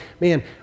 man